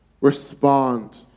respond